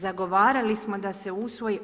Zagovarali smo da se usvoji.